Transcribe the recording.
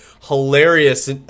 Hilarious